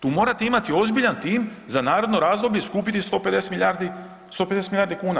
Tu morate imati ozbiljan tim za naredno razdoblje i skupiti 150 milijardi, 150 milijardi kuna.